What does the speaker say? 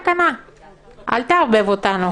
אל תערבב אותנו.